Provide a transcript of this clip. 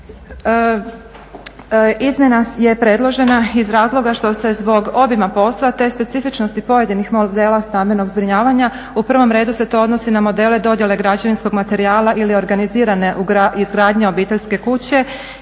Izmjena je predložena iz razloga što se zbog obima posla te specifičnih pojedinih modela stambenog zbrinjavanja, u prvom redu se to odnosi na modele dodjele građevinskog materijala ili organizirane izgradnje obiteljske kuće,